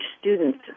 students